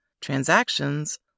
transactions